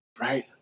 Right